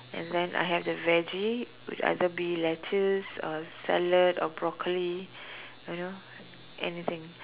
and than I have the veggie which either be lettuce or salad or broccoli you know anything